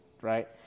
right